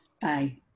Bye